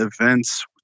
events